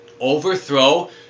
overthrow